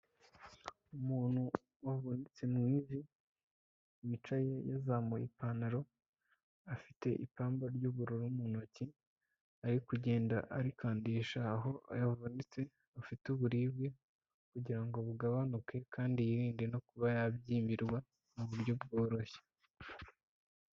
Umuntu wavunitse mu ivi wicaye yazamuye ipantaro. Afite ipamba ry'ubururu mu ntoki ari kugenda arikandisha aho yavunitse, afite uburibwe kugira ngo bugabanuke kandi yirinde no kuba yabyimbirwa mu buryo bworoshye.